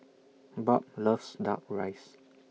Barb loves Duck Rice